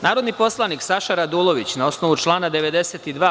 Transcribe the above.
Narodni poslanik Saša Radulović, na osnovu člana 92.